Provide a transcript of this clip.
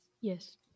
Yes